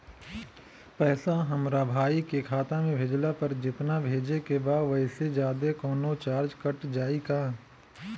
पैसा हमरा भाई के खाता मे भेजला पर जेतना भेजे के बा औसे जादे कौनोचार्ज कट जाई का?